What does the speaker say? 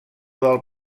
del